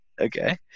okay